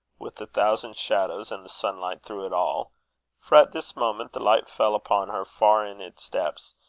with the thousand shadows, and the sunlight through it all for at this moment the light fell upon her far in its depths,